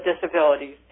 disabilities